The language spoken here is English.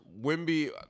Wimby